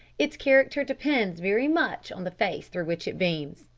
its character depends very much on the face through which it beams.